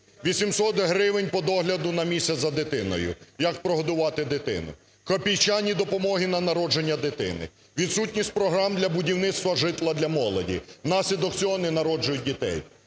гривень по догляду на місяць за дитиною. Як прогодувати дитину? Копійчані допомоги на народження дитини. Відсутність програм для будівництва житла для молоді, внаслідок цього не народжують дітей.